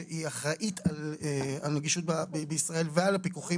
שהיא אחראית על הנגישות בישראל ועל הפיקוח,